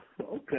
Okay